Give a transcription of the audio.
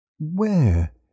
Where